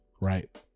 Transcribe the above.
right